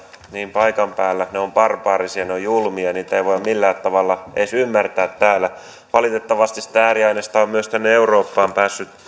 paikan päällä ovat barbaarisia ne ovat julmia niitä ei voi millään tavalla edes ymmärtää täällä valitettavasti sitä ääriaineistoa on myös tänne eurooppaan päässyt